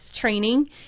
training